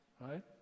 right